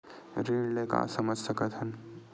ऋण ले का समझ सकत हन?